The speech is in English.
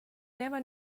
never